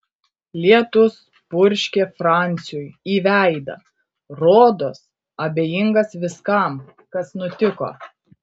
lietus purškė franciui į veidą rodos abejingas viskam kas nutiko